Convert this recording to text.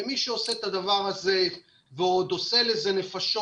מי שעושה את הדבר הזה ועוד עושה לזה נפשות